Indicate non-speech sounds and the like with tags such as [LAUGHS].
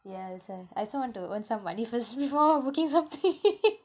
yeah that's why I also want to earn some money first [LAUGHS] before I booking something [LAUGHS]